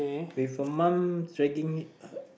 before mom dragging it her